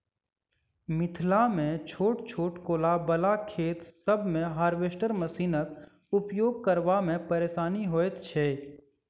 मिथिलामे छोट छोट कोला बला खेत सभ मे हार्वेस्टर मशीनक उपयोग करबा मे परेशानी होइत छै